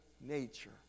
nature